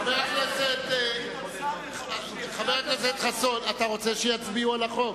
חבר הכנסת חסון, אתה רוצה שיצביעו על החוק?